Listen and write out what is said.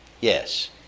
yes